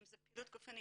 אם זה פעילות גופנית,